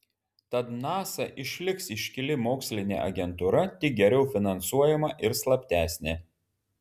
tad nasa išliks iškili mokslinė agentūra tik geriau finansuojama ir slaptesnė